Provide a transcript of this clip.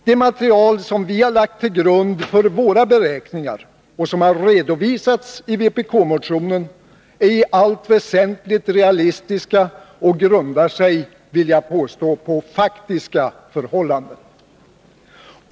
Det material som vi har lagt till grund för våra beräkningar, och som har redovisats i vpk-motionen, är i allt väsentligt realistiskt och grundar sig, det vill jag påstå, på faktiska förhållanden.